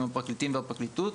עם הפרקליטים והפרקליטות,